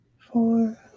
four